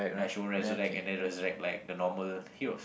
ya she won't resurrect and then resurrect like the normal heroes